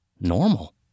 normal